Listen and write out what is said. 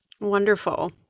wonderful